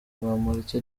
bamporiki